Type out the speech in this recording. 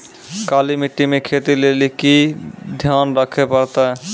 काली मिट्टी मे खेती लेली की ध्यान रखे परतै?